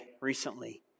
recently